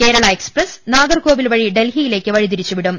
Kerala express Nagercoil വഴി ഡൽഹിയിലേക്ക് വഴിതിരിച്ചു വിടും